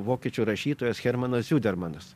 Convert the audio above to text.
vokiečių rašytojas hermanas zudermanas